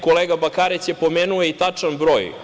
Kolega Bakarec je pomenuo i tačan broj.